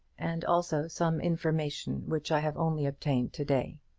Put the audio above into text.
and also some information which i have only obtained to-day.